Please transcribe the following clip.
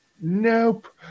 nope